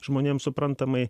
žmonėms suprantamai